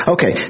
Okay